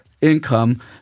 income